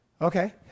okay